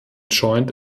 joint